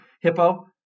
hippo